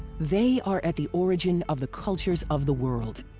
they are at the origin of the cultures of the world.